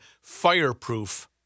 fireproof